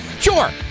Sure